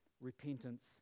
repentance